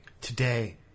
today